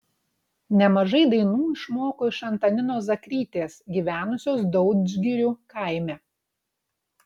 nemažai dainų išmoko iš antaninos zakrytės gyvenusios daudžgirių kaime